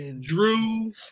Drew